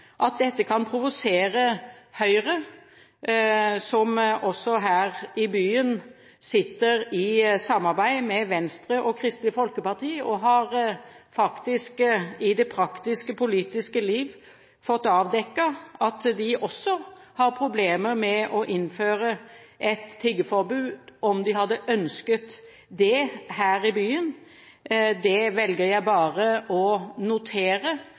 At dette kan provosere Høyre, som her i byen samarbeider med Venstre og Kristelig Folkeparti og i det praktiske politiske liv faktisk har fått avdekket at de også har problemer med å innføre et tiggeforbud – om de hadde ønsket det her i byen. Det velger jeg bare å notere